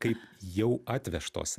kaip jau atvežtos